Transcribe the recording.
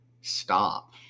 stop